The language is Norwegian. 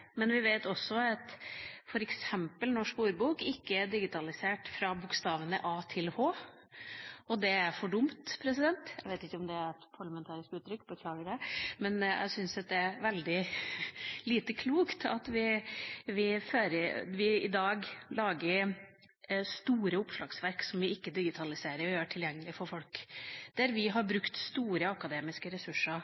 men vi vet også at f.eks. Norsk Ordbok ikke er digitalisert fra bokstavene a til h. Det er for dumt. Jeg vet ikke om det er et parlamentarisk uttrykk – jeg beklager det. Men jeg syns at det er veldig lite klokt at vi i dag lager store oppslagsverk som vi ikke digitaliserer og gjør tilgjengelig for folk, der vi har